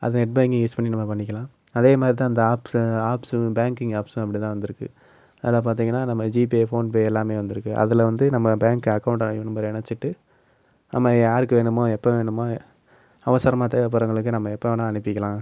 அதே net banking use பண்ணி நம்ம பண்ணிக்கலாம் அதே மாதிரி தான் அந்த ஆப்ஸு ஆப்ஸு பேங்க்கிங் ஆப்ஸும் அப்படி தான் வந்திருக்கு அதைப்பாத்தீங்கனா நம்ம ஜிபே ஃபோன்பே எல்லாமே வந்திருக்கு அதில் வந்து நம்ம பேங்க் அகௌண்ட் நம்பரை இணைச்சிட்டு நம்ம யாருக்கு வேணுமோ எப்போது வேணுமோ அவசரமாக தேவைப்பட்றவங்களுக்கு நம்ம எப்போ வேணா அனுப்பிக்கலாம்